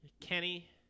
Kenny